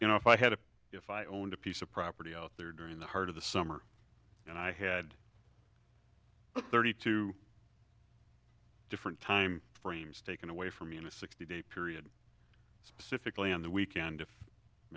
you know if i had a if i owned a piece of property out there during the heart of the summer and i had thirty two different time frames taken away from me in a sixty day period specifically on the weekend